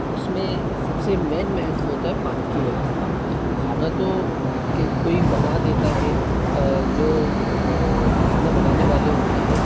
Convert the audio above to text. उसमें सबसे मेन महत्व होता है पानी की व्यवस्था खाना तो कोई बना देता है जो खाना बनाने वाले होते हैं